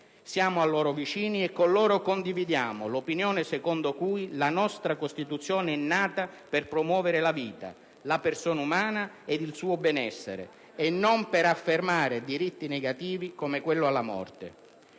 Siamo loro vicini e con loro condividiamo l'opinione secondo cui la nostra Costituzione è nata per promuovere la vita, la persona umana ed il suo benessere e non per affermare diritti negativi come quello alla morte.